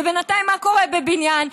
מה קורה בבניין?